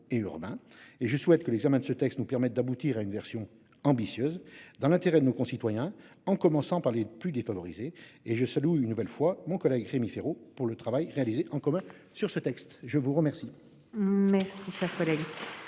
Merci cher collègue.